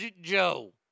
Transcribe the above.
Joe